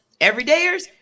everydayers